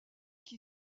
qui